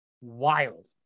wild